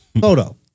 photo